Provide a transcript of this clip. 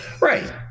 Right